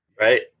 Right